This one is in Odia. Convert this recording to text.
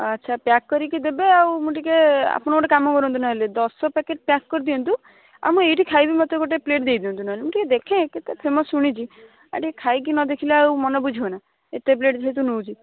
ଆଚ୍ଛା ପ୍ୟାକ୍ କରିକି ଦେବେ ଆଉ ମୁଁ ଟିକିଏ ଆପଣ ଗୋଟେ କାମ କରନ୍ତୁ ନହେଲେ ଦଶ ପ୍ୟାକେଟ୍ ପ୍ୟାକ୍ କରିଦିଅନ୍ତୁ ଆଉ ମୁଁ ଏଇଠି ଖାଇବି ମୋତେ ଗୋଟେ ପ୍ଲେଟ୍ ଦେଇଦିଅନ୍ତୁ ନହେଲେ ମୁଁ ଟିକିଏ ଦେଖେ କେତେ ଫେମସ୍ ଶୁଣିଛି ଆଉ ଟିକିଏ ଖାଇକି ନଦେଖିଲେ ଆଉ ମନ ବୁଝିବନା ଏତେ ପ୍ଲେଟ୍ ଯେହେତୁ ନେଉଛି